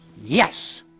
yes